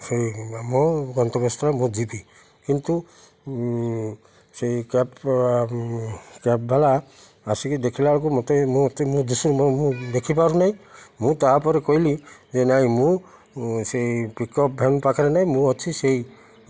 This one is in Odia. ସେଇ ମୋ ଗନ୍ତବ୍ୟ ସ୍ଥଳ ମୁଁ ଯିବି କିନ୍ତୁ ସେଇ କ୍ୟାବ୍ କ୍ୟାବ୍ ବାଲା ଆସିକି ଦେଖିଲା ବେଳକୁ ମୋତେ ମୁଁ ମୋତେ ମୁଁ ଦେଖିପାରୁ ନାହିଁ ମୁଁ ତା'ପରେ କହିଲି ଯେ ନାହିଁ ମୁଁ ସେଇ ପିକ୍ ଅପ୍ ଭ୍ୟାନ୍ ପାଖରେ ନାହିଁ ମୁଁ ଅଛି ସେଇ